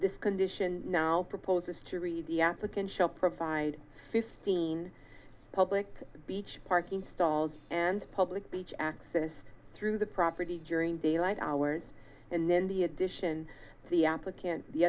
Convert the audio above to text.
this condition now proposes to read the applicant shall provide fifteen public beach parking stalls and public beach access through the property during daylight hours and then the addition to the applicant the